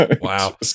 Wow